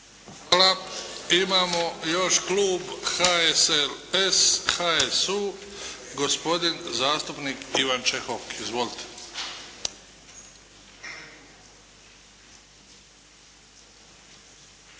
Hvala. Imamo još Klub HSLS, HSU. Gospodin zastupnik Ivan Čehok. Izvolite.